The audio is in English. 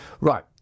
Right